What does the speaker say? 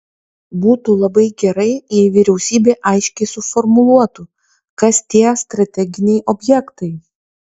būtų labai gerai jei vyriausybė aiškiai suformuluotų kas tie strateginiai objektai